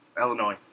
Illinois